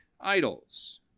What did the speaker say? idols